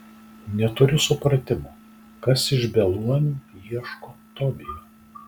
neturiu supratimo kas iš beluomių ieško tobijo